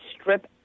strip